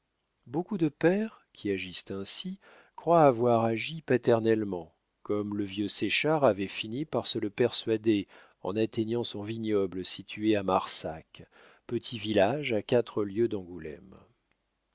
beaucoup de pères qui agissent ainsi croient avoir agi paternellement comme le vieux séchard avait fini par se le persuader en atteignant son vignoble situé à marsac petit village à quatre lieues d'angoulême